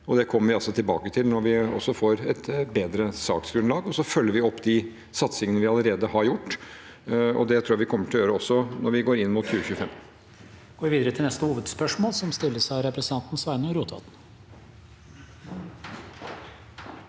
Det kommer vi tilbake til når vi får et bedre saksgrunnlag. Så følger vi opp de satsingene vi allerede har, og det tror jeg vi kommer til å gjøre også når vi går inn mot 2025.